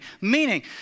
Meaning